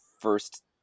first